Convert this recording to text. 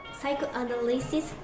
psychoanalysis